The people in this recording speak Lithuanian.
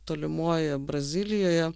tolimojoje brazilijoje